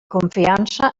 confiança